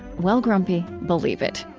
well, grumpy believe it.